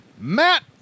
Matt